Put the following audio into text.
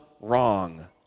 wrong